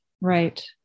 Right